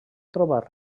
trobat